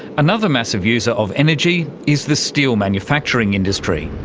another massive user of energy is the steel manufacturing industry.